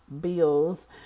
bills